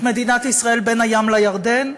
את מדינת ישראל בין הים לירדן?